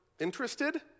interested